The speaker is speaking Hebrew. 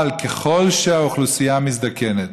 אבל ככל שהאוכלוסייה מזדקנת,